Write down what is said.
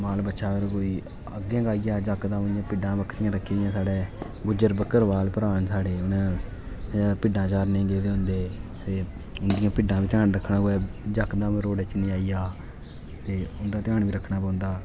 माल बच्छा अगर कोई कुतै अग्गै गै आई जा यकदम भिड्डां बकरियां रक्खी दियां साढ़ै गुज्जर बकरवाल भ्राऽ साढ़े न भिड्डां चारने ई गे दे होंदे भिड्डां बी ध्यान रखना यकदम रोड़ बिच निं आई जा ते उं'दा ध्यान बी रक्खना पौंदा